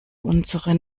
unsere